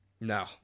No